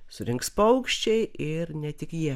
surinks paukščiai ir ne tik jie